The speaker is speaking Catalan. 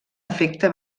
efecte